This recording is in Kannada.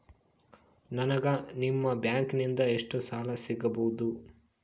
ನನಗ ನಿಮ್ಮ ಬ್ಯಾಂಕಿನಿಂದ ಎಷ್ಟು ಸಾಲ ಸಿಗಬಹುದು?